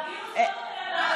הווירוס לא,